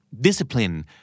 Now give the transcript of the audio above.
Discipline